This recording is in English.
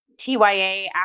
TYA